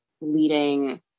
leading